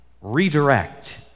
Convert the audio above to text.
redirect